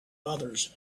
others